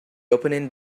opening